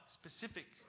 specific